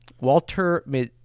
Walter